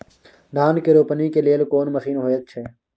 धान के रोपनी के लेल कोन मसीन होयत छै?